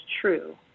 true